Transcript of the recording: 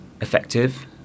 effective